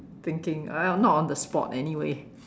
thinking !aiya! not on the spot anyway